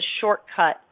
shortcut